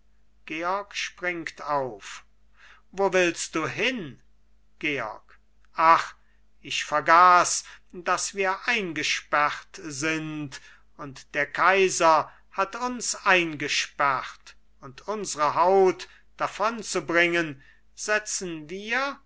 wo willst du hin georg ach ich vergaß daß wir eingesperrt sind und der kaiser hat uns eingesperrt und unsere haut davonzubringen setzen wir